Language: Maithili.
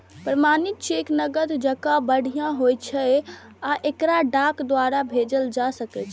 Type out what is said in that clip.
प्रमाणित चेक नकद जकां बढ़िया होइ छै आ एकरा डाक द्वारा भेजल जा सकै छै